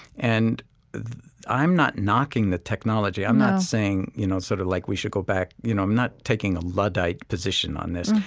and i'm not knocking the technology no i'm not saying you know sort of like we should go back you know i'm not taking a luddite position on this.